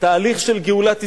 תהליך של גאולת ישראל,